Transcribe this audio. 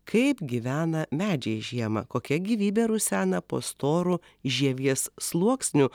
kaip gyvena medžiai žiemą kokia gyvybė rusena po storu žievės sluoksniu